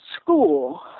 school